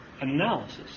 analysis